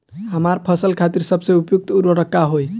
हमार फसल खातिर सबसे उपयुक्त उर्वरक का होई?